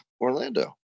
orlando